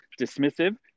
Dismissive